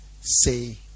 say